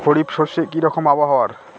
খরিফ শস্যে কি রকম আবহাওয়ার?